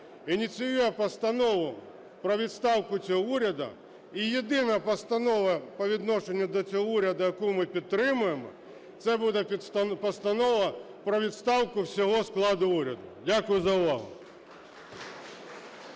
ініціює Постанову про відставку цього уряду, і єдина постанова по відношенню до цього уряду, яку ми підтримуємо, це буде постанова про відставку всього складу уряду. Дякую за увагу.